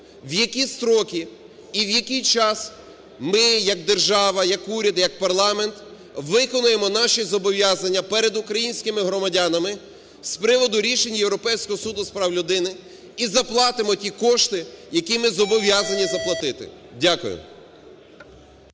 в які строки і в який час ми як держава, як уряд, як парламент, виконаємо наші зобов'язання перед українськими громадянами з приводу рішень Європейського суду з прав людини, і заплатимо ті кошти, які ми зобов'язані заплатити. Дякую.